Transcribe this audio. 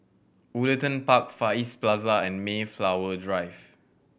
Woollerton Park Far East Plaza and Mayflower Drive